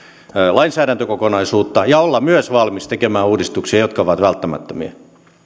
lainsäädäntökokonaisuutta ja olla myös valmis tekemään uudistuksia jotka ovat välttämättömiä